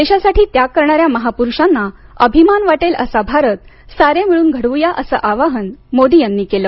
देशासाठी त्याग करणाऱ्या महापुरूषांना अभिमान वाटेल असा भारत सारे मिळून घडवूया असं आवाहन मोदी यांनी केलं